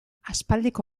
aspaldiko